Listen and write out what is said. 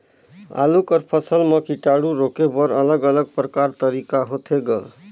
आलू कर फसल म कीटाणु रोके बर अलग अलग प्रकार तरीका होथे ग?